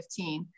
2015